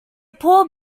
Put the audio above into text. poor